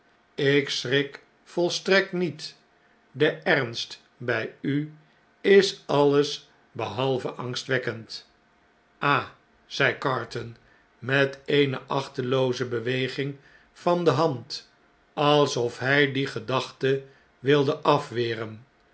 ik schrik volstrekt niet de ernst by u is alles behalve angstwekkend b ah zei carton met eene achtelooze beweging van de hand alsof hy die gedachte wilde afweren